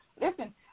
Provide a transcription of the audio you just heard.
listen